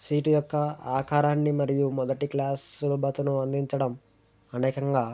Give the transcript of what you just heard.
seat యొక్క ఆకారాన్ని మరియు మొదటి క్లాస్ సులభతను అందించడం అనేకంగా